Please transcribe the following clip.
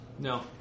no